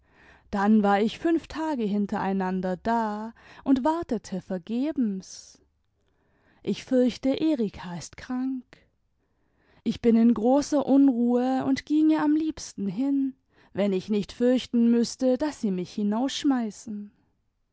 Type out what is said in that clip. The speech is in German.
dann war ich fünf tage hintereinander da imd wartete vergebens ich fürchte erika ist krank ich bin in großer unruhe tmd ginge am liebsten hin wenn ich nicht fürchten müßte daß sie nüch